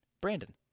Brandon